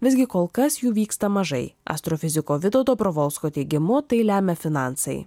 visgi kol kas jų vyksta mažai astrofiziko vido dobrovolsko teigimu tai lemia finansai